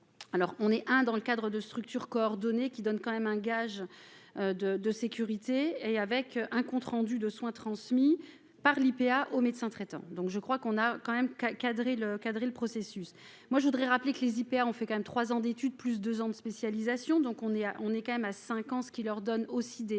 alors on est un dans le cadre de structure coordonnées qui donne quand même un gage de de sécurité et avec un compte rendu de soins transmis par l'IPA au médecin traitant, donc je crois qu'on a quand même qu'à cadrer le cadrer le processus, moi, je voudrais rappeler que les hyper ont fait quand même 3 ans d'études plus 2 ans de spécialisation, donc on est à, on est quand même à 5 ans ce qui leur donne aussi des